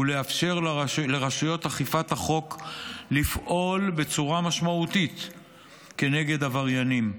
ולאפשר לראשי רשויות אכיפת החוק לפעול בצורה משמעותית כנגד עבריינים.